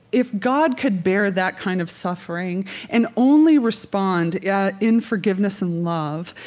if god could bear that kind of suffering and only respond yeah in forgiveness and love,